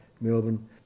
Melbourne